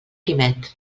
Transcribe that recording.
quimet